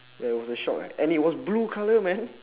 and it was a shock leh and it was blue colour man